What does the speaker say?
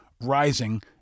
rising